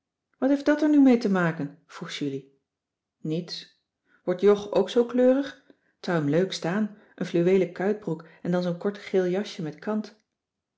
wat heeft dat er nu mee te maken vroeg julie niets wordt jog ook zoo kleurig t zou hem leuk staan een fluweelen kuitbroek en dan zoo'n kort geel jasje met kant